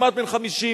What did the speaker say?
כמעט בן 50,